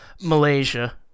Malaysia